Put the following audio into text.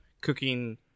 cooking